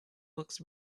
books